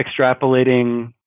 extrapolating